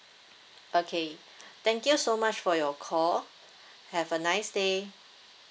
okay thank you so much for your call have a nice day